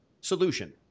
solution